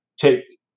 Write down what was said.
take